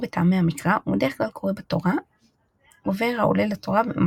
אך כיום מקובל יותר להשתמש במילה "חזן" עבור אדם